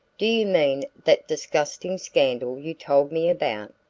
do you mean that disgusting scandal you told me about?